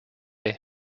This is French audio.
haye